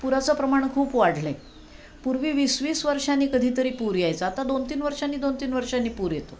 पुराचं प्रमाण खूप वाढलं आहे पूर्वी वीस वीस वर्षांनी कधीतरी पूर यायचा आता दोन तीन वर्षांनी दोन तीन वर्षांनी पूर येतो